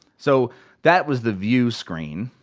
so that was the view screen,